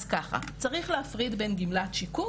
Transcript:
אז ככה, צריך להפריד בין גמלת שיקום